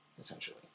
essentially